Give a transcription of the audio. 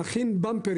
להכין במפר